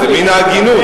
זה מן ההגינות.